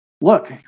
look